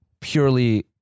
purely